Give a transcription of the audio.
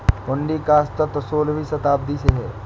हुंडी का अस्तित्व सोलहवीं शताब्दी से है